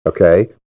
Okay